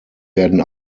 werden